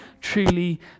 truly